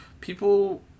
People